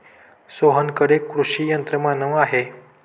सोहनकडे कृषी यंत्रमानव आहे